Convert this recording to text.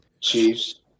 Chiefs